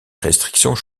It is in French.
restrictions